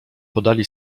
podali